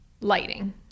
lighting